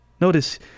Notice